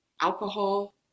Alcohol